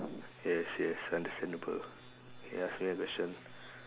yes yes understandable K ask me a question